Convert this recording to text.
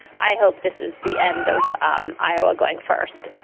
i hope this is the end of um iowa going first.